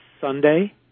Sunday